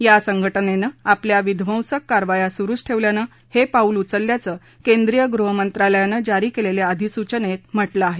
या संघटनेनं आपल्या विध्वंसक कारवाया सुरुच ठेवल्यानं हे पाऊल उचलल्याचं केंद्रीय गृहमंत्रालयानं जारी केलेल्या अधिसूचनेत म्हटलं आहे